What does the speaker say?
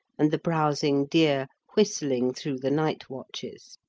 and the browsing deer whistling through the night watches.